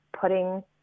putting